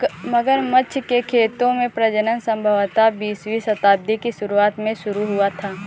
मगरमच्छ के खेतों में प्रजनन संभवतः बीसवीं शताब्दी की शुरुआत में शुरू हुआ था